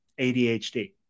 ADHD